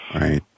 Right